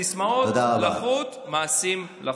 סיסמאות לחוד, מעשים לחוד.